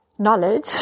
Knowledge